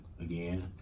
again